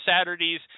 Saturdays